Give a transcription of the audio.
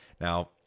Now